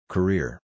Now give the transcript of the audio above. Career